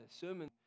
sermon